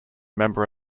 member